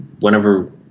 whenever